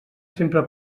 sempre